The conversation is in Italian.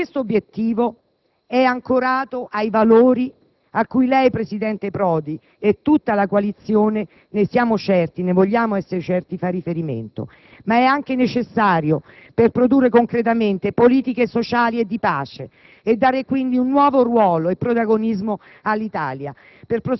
si è prodotto, ma è ancorato ai valori a cui lei, presidente Prodi - e tutta la coalizione, ne siamo certi, ne vogliamo essere certi - fa riferimento, ed è anche necessario per produrre concretamente politiche sociali e di pace, dando quindi un nuovo ruolo e protagonismo all'Italia,